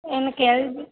எனக்கு எல்ஜி